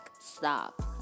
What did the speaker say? stop